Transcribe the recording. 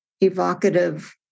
evocative